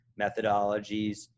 methodologies